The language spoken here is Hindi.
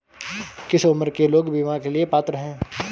किस उम्र के लोग बीमा के लिए पात्र हैं?